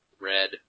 Red